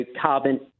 carbon